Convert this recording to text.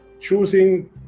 choosing